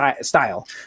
style